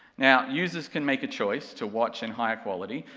now, users can make a choice to watch in higher quality,